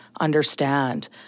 understand